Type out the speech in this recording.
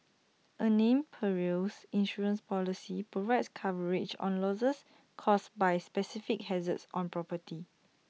A named Perils Insurance Policy provides coverage on losses caused by specific hazards on property